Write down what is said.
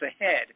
ahead